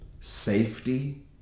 Safety